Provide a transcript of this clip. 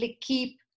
keep